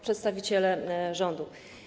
Przedstawiciele Rządu!